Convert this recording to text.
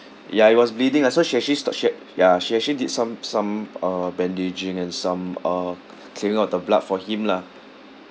ya he was bleeding that's why she actually start check ya she actually did some some uh bandaging and some uh clearing out the blood for him lah